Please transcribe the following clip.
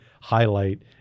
highlight